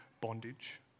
bondage